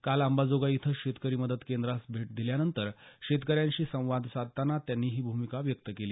काल अंबाजोगाई इथं शेतकरी मदत केंद्रास भेट दिल्यानंतर शेतकऱ्यांशी संवाद साधताना त्यांनी ही भूमिका व्यक्त केली